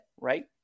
right